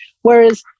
Whereas